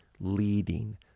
leading